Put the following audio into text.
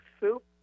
soup